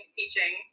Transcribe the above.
teaching